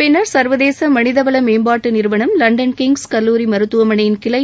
பின்னர் சர்வதேச மனிதவள மேம்பாட்டு நிறுவனம் லண்டன் கிங்ஸ் கல்லூரி மருத்துவமனையின் கிளை